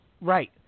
Right